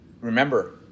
Remember